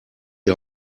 die